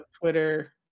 twitter